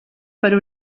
per